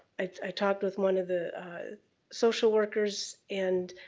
i talked with one of the social workers and